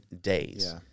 days